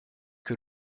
que